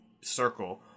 circle